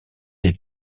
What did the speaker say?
des